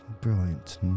brilliant